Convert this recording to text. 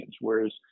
Whereas